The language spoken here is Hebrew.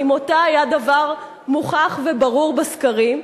כי מותה היה דבר מוכח וברור בסקרים,